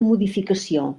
modificació